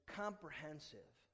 comprehensive